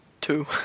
two